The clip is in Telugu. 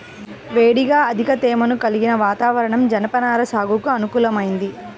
వేడిగా అధిక తేమను కలిగిన వాతావరణం జనపనార సాగుకు అనుకూలమైంది